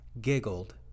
giggled